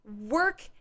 work